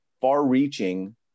far-reaching